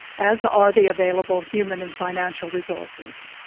as are the available human and financial resources.